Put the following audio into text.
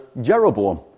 Jeroboam